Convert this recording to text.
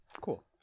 Cool